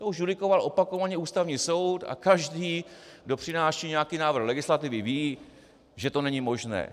To už judikoval opakovaně Ústavní soud a každý, kdo přináší nějaký návrh do legislativy, ví, že to není možné.